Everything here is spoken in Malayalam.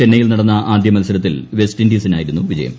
ചെന്നൈയിൽ നടന്ന ആദ്യ മത്സരത്തിൽ വെസ്റ്റ് ഇൻഡീസിനായിരുന്നു വിജയം